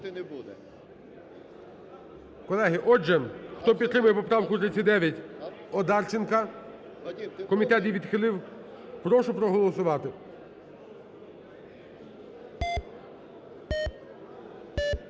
Колеги, отже, хто підтримує поправку 39 Одарченка. Комітет її відхилив. Прошу проголосувати.